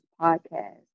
podcast